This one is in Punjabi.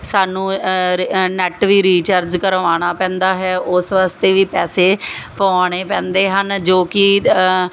ਸਾਨੂੰ ਰੀ ਅ ਨੈੱਟ ਵੀ ਰੀਚਾਰਜ ਕਰਵਾਉਣਾ ਪੈਂਦਾ ਹੈ ਉਸ ਵਾਸਤੇ ਵੀ ਪੈਸੇ ਪਵਾਉਣੇ ਪੈਂਦੇ ਹਨ ਜੋ ਕਿ